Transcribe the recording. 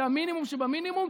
זה המינימום שבמינימום.